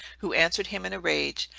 who answered him in a rage,